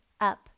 up